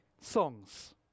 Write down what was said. songs